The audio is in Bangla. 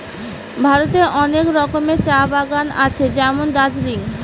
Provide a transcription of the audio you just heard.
ভারতে অনেক রকমের চা বাগান আছে যেমন দার্জিলিং